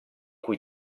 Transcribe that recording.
cui